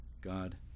God